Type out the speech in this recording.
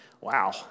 Wow